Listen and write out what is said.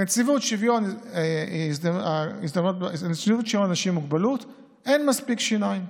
לנציבות שוויון הזדמנויות לאנשים עם מוגבלות אין מספיק שיניים.